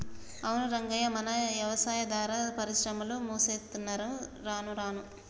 అవును రంగయ్య మన యవసాయాదార పరిశ్రమలు మూసేత్తున్నరు రానురాను